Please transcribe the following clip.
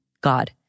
God